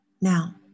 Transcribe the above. Now